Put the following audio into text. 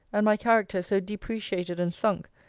and my character so depreciated and sunk,